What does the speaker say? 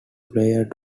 player